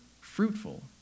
fruitful